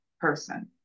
person